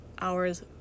hours